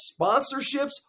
sponsorships